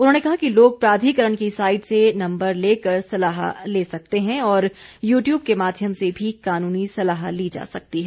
उन्होंने कहा कि लोग प्राधिकरण की साईट से नम्बर लेकर सलाह ले सकते हैं और यूट्यूब के माध्यम से भी कानूनी सलाह ली जा सकती है